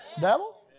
Devil